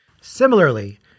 Similarly